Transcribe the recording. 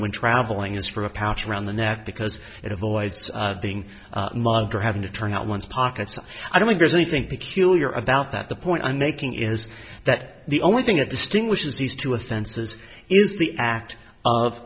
when travelling is for a pouch around the neck because it avoids being mugged or having to turn out one's pockets i don't think there's anything peculiar about that the point i'm making is that the only thing that distinguishes these two offenses is the act of